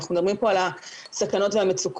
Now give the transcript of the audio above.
ואנחנו מדברים פה על הסכנות והמצוקות.